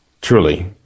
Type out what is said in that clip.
truly